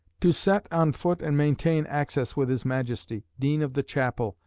to set on foot and maintain access with his majesty, dean of the chapel,